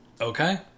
Okay